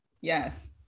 Yes